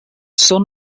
son